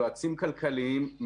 יועצים כלכליים,